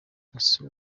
ese